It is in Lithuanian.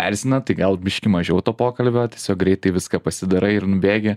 erzina tai gal biškį mažiau to pokalbio tiesiog greitai viską pasidarai ir nubėgi